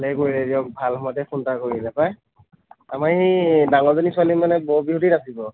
ভালেই কৰিলে দিয়ক ভাল সময়তে ফোন এটা কৰিলে পায় আমাৰ এই ডাঙৰজনী ছোৱালী মানে বৰ বিহুৱতী নাচিব